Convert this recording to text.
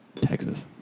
Texas